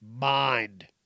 mind